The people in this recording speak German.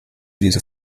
diese